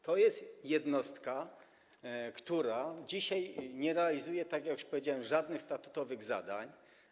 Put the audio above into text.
To jest jednostka, która dzisiaj nie realizuje, tak jak już powiedziałem, żadnych statutowych zadań.